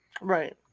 right